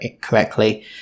correctly